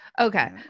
Okay